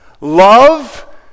Love